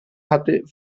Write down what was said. hatte